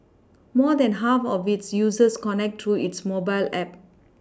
more than half of its users connect through its mobile app